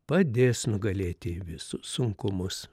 padės nugalėti visus sunkumus